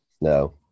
no